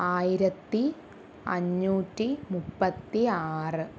ആയിരത്തി അഞ്ഞൂറ്റി മുപ്പത്തിയാറ്